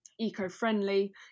eco-friendly